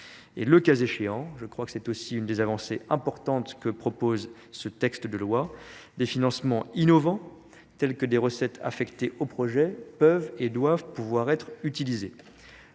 le cas échéant je crois que c'est aussi une des avancées importantes que propose ce texte de loi, des financements innovants tels que des recettes affectées au projet, peuvent et doivent pouvoir être utilisées